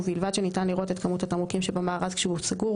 ובלבד שניתן לראות את כמות התמרוקים שבמארז כשהוא סגור